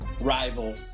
rival